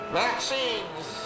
vaccines